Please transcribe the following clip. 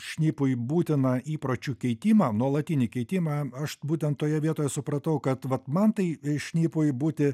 šnipui būtiną įpročių keitimą nuolatinį keitimą aš būtent toje vietoje supratau kad vat man tai šnipui būti